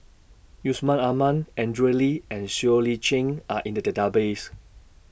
Yusman Aman Andrew Lee and Siow Lee Chin Are in The Database